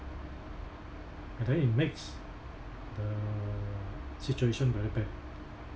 and then it makes the situation very bad